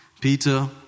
Peter